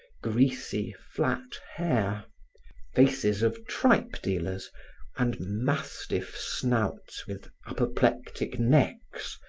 greasy flat hair faces of tripe dealers and mastiff snouts with apoplectic necks,